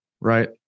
right